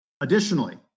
Additionally